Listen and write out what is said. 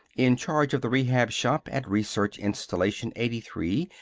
in charge of the rehab shop at research installation eighty three,